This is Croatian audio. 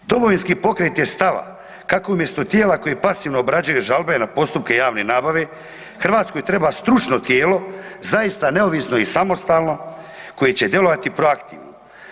Domovinski pokret je stava kako umjesto tijela koje pasivno obrađuje žalbe na postupke javne nabave, Hrvatskoj treba stručno tijelo zaista neovisno i samostalno koje će djelovati proaktivno.